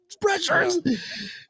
pressures